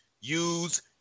use